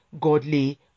godly